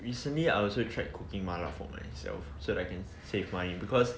recently I also tried cooking mala for myself so that I can save money because